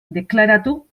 deklaratu